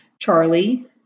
Charlie